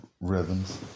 rhythms